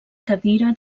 cadira